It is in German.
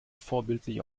vorbildlich